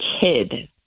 kid